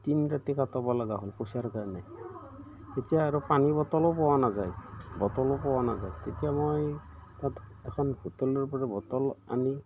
তিনি ৰাতি কাটব লগা হ'ল পইচাৰ কাৰণে তেতিয়া আৰু পানীবটলো পোৱা নাযায় বটলো পোৱা নাযায় তেতিয়া মই তাত এখন হোটেলৰপৰা বটল আনি